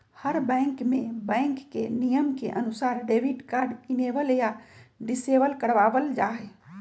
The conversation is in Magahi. हर बैंक में बैंक के नियम के अनुसार डेबिट कार्ड इनेबल या डिसेबल करवा वल जाहई